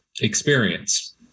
experience